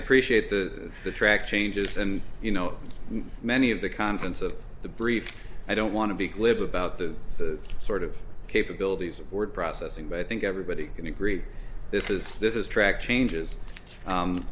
appreciate the the track changes and you know many of the contents of the brief i don't want to be glib about the sort of capabilities of word processing but i think everybody can agree this is this is track changes